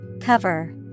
Cover